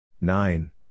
Nine